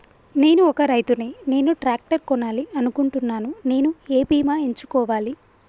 నేను ఒక రైతు ని నేను ట్రాక్టర్ కొనాలి అనుకుంటున్నాను నేను ఏ బీమా ఎంచుకోవాలి?